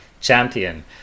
Champion